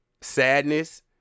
Sadness